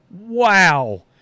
wow